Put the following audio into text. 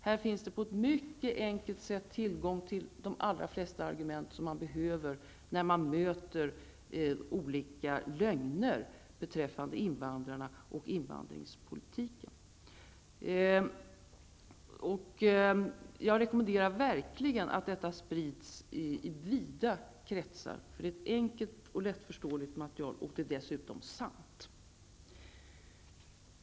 Här finns det på ett mycket enkelt sätt tillgång till de allra flesta argument man behöver när man möter olika lögner beträffande invandrare och invandringspolitiken. Jag rekommenderar verkligen att detta material sprids i vida kretsar. Materialet är enkelt och lättförståeligt och dessutom sant.